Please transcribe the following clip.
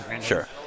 Sure